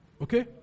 Okay